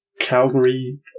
Calgary